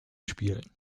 spielen